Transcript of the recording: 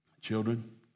Children